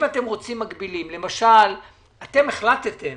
אתם למשל החלטתם